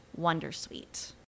wondersuite